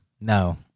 no